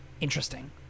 interesting